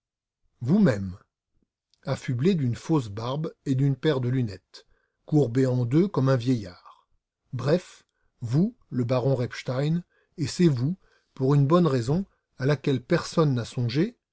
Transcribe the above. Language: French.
vous-même affublé d'une fausse barbe et d'une paire de lunettes courbé en deux comme un vieillard bref vous le baron repstein et c'est vous pour une bonne raison à laquelle personne n'a songé